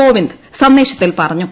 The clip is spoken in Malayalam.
കോവിന്ദ് സന്ദേശത്തിൽ പറഞ്ഞു